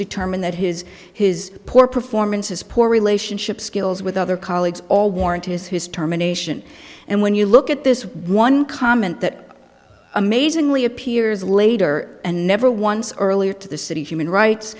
determined that his his poor performances poor relationship skills with other colleagues all warrant his his terminations and when you look at this one comment that amazingly appears later and never once earlier to the city human rights